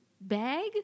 bag